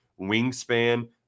wingspan